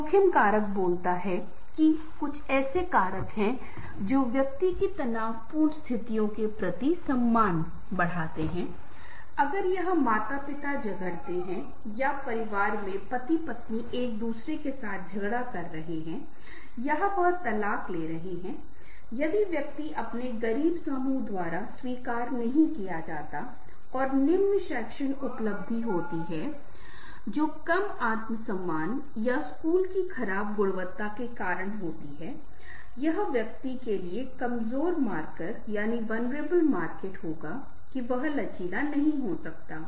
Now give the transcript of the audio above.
जोखिम कारक बोलता है कि कुछ ऐसे कारक हैं जो व्यक्ति की तनावपूर्ण स्थितियों के प्रति सम्मान बढ़ाते हैं अगर यह माता पिता झगड़ रहे हैं या परिवार में पति पत्नी एक दूसरे के साथ झगड़ा कर रहे हैं या वह तलाक है यदि व्यक्ति अपने गरीब समूह द्वारा स्वीकार नहीं किए जाते हैं और निम्न शैक्षणिक उपलब्धि होती है जो कम आत्म सम्मान या स्कूल की खराब गुणवत्ता के कारण होती है यह व्यक्ति के लिए कमजोर मार्कर होगा कि वह लचीला नहीं हो सकता है